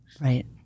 Right